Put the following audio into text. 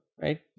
right